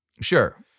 Sure